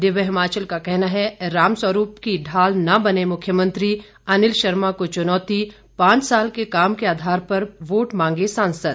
दिव्य हिमाचल का कहना है रामस्वरूप की ढाल न बनें मुख्यमंत्री अनिल शर्मा की चुनौती पांच साल के काम के आधार पर वोट मांगें सांसद